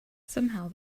somehow